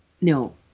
no